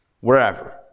wherever